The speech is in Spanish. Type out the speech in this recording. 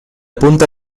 punta